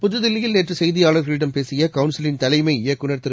புதுதில்லியில் நேற்று செய்தியாளர்களிடம் பேசிய கவுன்சிலின் தலைமை இயக்குநர் திரு